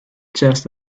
just